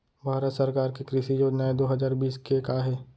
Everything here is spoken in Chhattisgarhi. भारत सरकार के कृषि योजनाएं दो हजार बीस के का हे?